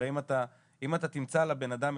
הרי אם אתה תמצא את המחלה